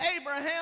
Abraham